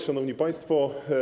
Szanowni Państwo!